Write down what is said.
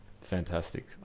fantastic